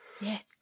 Yes